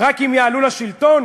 רק אם יעלו לשלטון